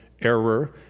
error